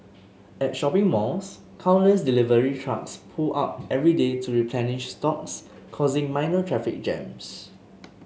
at shopping malls countless delivery trucks pull up every day to replenish stocks causing minor traffic jams